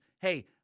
hey